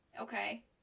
Okay